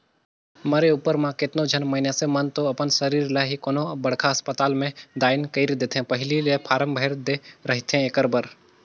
मरे उपर म केतनो झन मइनसे मन तो अपन सरीर ल ही कोनो बड़खा असपताल में दान कइर देथे पहिली ले फारम भर दे रहिथे एखर बर